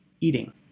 eating